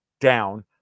down